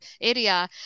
area